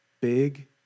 big